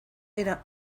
era